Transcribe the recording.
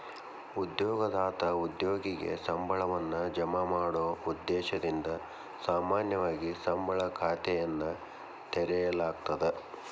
ಉದ್ಯೋಗದಾತ ಉದ್ಯೋಗಿಗೆ ಸಂಬಳವನ್ನ ಜಮಾ ಮಾಡೊ ಉದ್ದೇಶದಿಂದ ಸಾಮಾನ್ಯವಾಗಿ ಸಂಬಳ ಖಾತೆಯನ್ನ ತೆರೆಯಲಾಗ್ತದ